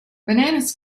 bananas